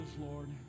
Lord